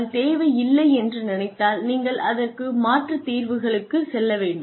அது தேவை இல்லை என்று நினைத்தால் நீங்கள் அதற்கு மாற்றுத் தீர்வுகளுக்கு செல்ல வேண்டும்